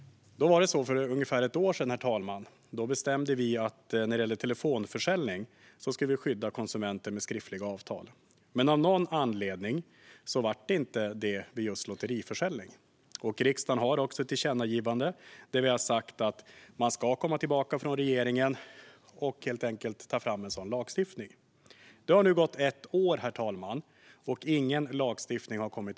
Herr talman! För ungefär ett år sedan bestämde vi att konsumenter skulle skyddas vid telefonförsäljning genom skriftliga avtal. Men av någon anledning blev det inte så vid just lotteriförsäljning. Riksdagen har också gjort ett tillkännagivande där vi har sagt att regeringen helt enkelt ska komma tillbaka med förslag till en sådan lagstiftning. Det har nu gått ett år, herr talman, och inget förslag till lagstiftning har kommit.